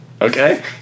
okay